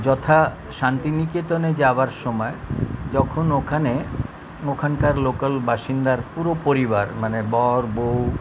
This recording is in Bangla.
যথা শান্তিনিকেতনে যাওয়ার সমায় যখন ওখানে ওখানকার লোকাল বাসিন্দার পুরো পরিবার মানে বর বউ